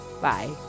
Bye